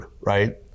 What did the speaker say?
right